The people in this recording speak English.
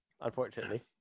unfortunately